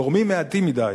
גורמים מעטים מדי